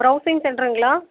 browsing சென்டருங்களா